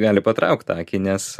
gali patraukt akį nes